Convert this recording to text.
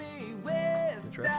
interesting